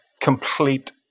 complete